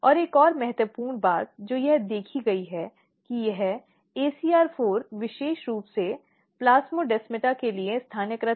और एक और महत्वपूर्ण बात जो यह देखी गई है कि यह ACR4 विशेष रूप से प्लास्मोडेस्माटा के लिए स्थानीयकृत है